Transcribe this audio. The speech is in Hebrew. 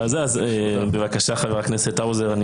בבקשה חבר הכנסת האוזר.